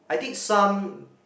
I did some